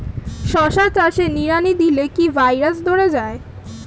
শশা চাষে নিড়ানি দিলে কি ভাইরাস ধরে যায়?